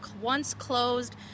once-closed